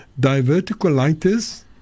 diverticulitis